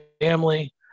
family